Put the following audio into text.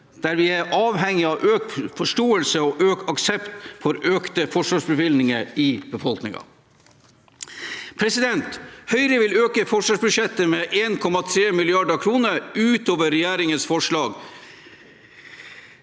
vi er avhengige av økt forståelse og økt aksept for økte forsvarsbevilgninger i befolkningen. Høyre vil øke forsvarsbudsjettet med 1,3 mrd. kr utover regjeringens forslag.